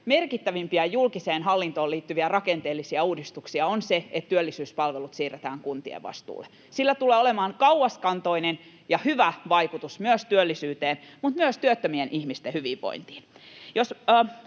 merkittävimpiä julkiseen hallintoon liittyviä rakenteellisia uudistuksia on se, että työllisyyspalvelut siirretään kuntien vastuulle. Sillä tulee olemaan kauaskantoinen ja hyvä vaikutus työllisyyteen mutta myös työttömien ihmisten hyvinvointiin.